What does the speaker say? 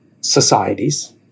societies